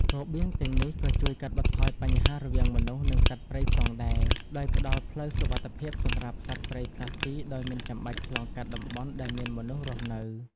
របៀងទាំងនេះក៏ជួយកាត់បន្ថយ បញ្ហាររវាងមនុស្ស និងសត្វព្រៃ ផងដែរ ដោយផ្តល់ផ្លូវសុវត្ថិភាពសម្រាប់សត្វព្រៃផ្លាស់ទីដោយមិនចាំបាច់ឆ្លងកាត់តំបន់ដែលមានមនុស្សរស់នៅ។